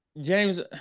James –